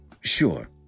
Sure